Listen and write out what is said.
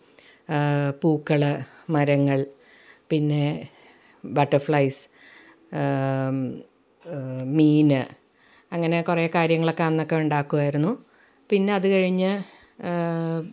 പൂക്കള് മരങ്ങൾ പിന്നെ ബട്ടർഫ്ലൈസ് മീന് അങ്ങനെ കുറെ കാര്യങ്ങളൊക്കെ അന്നൊക്കെ ഉണ്ടാക്കുവായിരുന്നു പിന്നത് കഴിഞ്ഞ്